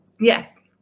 Yes